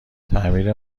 تعمیر